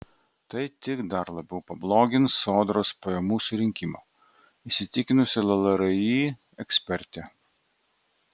tai tik dar labiau pablogins sodros pajamų surinkimą įsitikinsi llri ekspertė